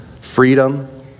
Freedom